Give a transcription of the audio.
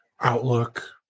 Outlook